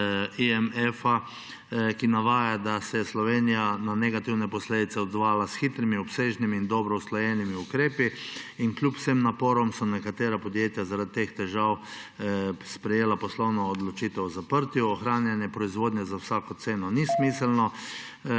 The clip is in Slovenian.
IMF, ki navaja, da se je Slovenija na negativne posledice odzvala s hitrimi, obsežnimi in dobro usklajenimi ukrepi. Kljub vsem naporom so nekatera podjetja zaradi teh težav sprejela poslovno odločitev o zaprtju. Ohranjanje proizvodnje za vsako ceno ni smiselno.